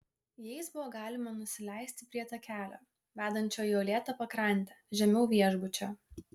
jais buvo galima nusileisti prie takelio vedančio į uolėtą pakrantę žemiau viešbučio